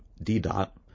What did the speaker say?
D-dot